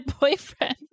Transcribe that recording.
boyfriend